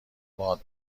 باد